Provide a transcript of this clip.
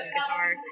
guitar